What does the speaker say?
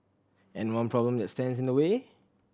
and one problem that stands in the way